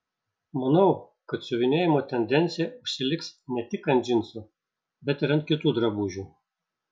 manau kad siuvinėjimo tendencija užsiliks ne tik ant džinsų bet ir ant kitų drabužių